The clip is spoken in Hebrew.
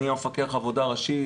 אני מפקח העבודה הראשי,